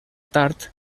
tard